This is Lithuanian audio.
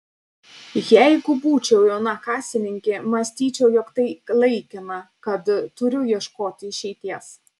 jeigu būčiau jauna kasininkė mąstyčiau jog tai laikina kad turiu ieškoti išeities